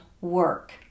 work